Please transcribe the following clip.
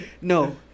no